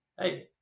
hey